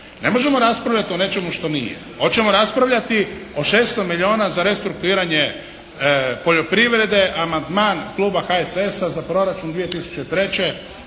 Ne možemo raspravljati o nečemu što nije. Hoćemo raspravljati o 600 milijuna za restrukturiranje poljoprivrede, amandman Kluba HSS-a za Proračun 2003.